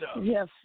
Yes